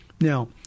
Now